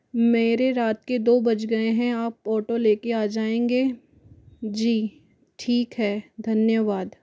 मेरे रात के दो बज गए हैं आप ऑटो लेके आ जाएंगे जी ठीक है धन्यवाद